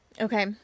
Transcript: Okay